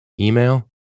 email